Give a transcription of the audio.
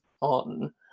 on